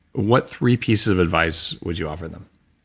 what three pieces of advice would you offer them?